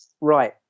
right